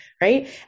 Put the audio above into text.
right